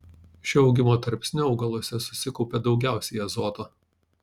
šiuo augimo tarpsniu augaluose susikaupia daugiausiai azoto